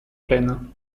plaine